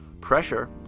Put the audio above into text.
pressure